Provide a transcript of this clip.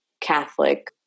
Catholic